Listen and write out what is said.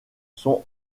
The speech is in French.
sont